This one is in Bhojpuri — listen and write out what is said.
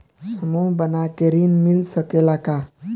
समूह बना के ऋण मिल सकेला का?